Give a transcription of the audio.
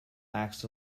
acts